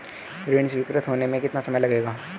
ऋण स्वीकृत होने में कितना समय लगेगा?